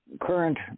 current